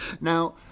Now